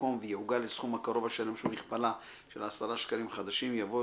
במקום "ויעוגל לסכום הקרוב השלם שהוא מכפלה של 10 שקלים חדשים" יבוא